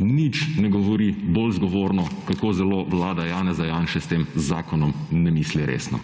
Nič ne govori bolj zgovorno, kako zelo Vlada Janeza Janše s tem zakonom ne misli resno.